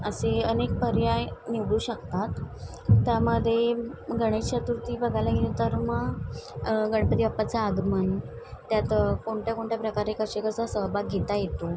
असे अनेक पर्याय निवडू शकतात त्यामदे गणेश चतुर्थी बघायला गेलं तर म गणपती बापाचं आगमन त्यात कोणत्या कोणत्या प्रकारे कशे कसा सहभाग घेता येतो